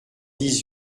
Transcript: dix